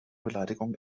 beleidigung